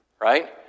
right